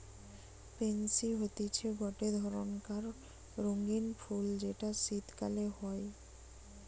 pansy হতিছে গটে ধরণকার রঙ্গীন ফুল যেটা শীতকালে হই